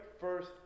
first